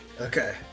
Okay